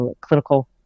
clinical